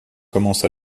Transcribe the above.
commence